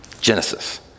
Genesis